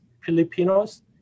Filipinos